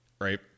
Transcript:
Right